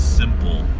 simple